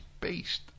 based